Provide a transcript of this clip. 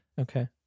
Okay